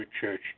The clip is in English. church